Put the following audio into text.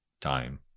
time